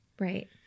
Right